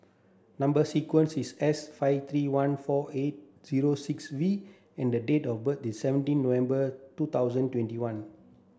number sequence is S five three one four eight zero six V and the date of birth is seventeen November two thousand twenty one